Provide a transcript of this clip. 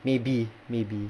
maybe maybe